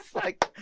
like.